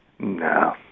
No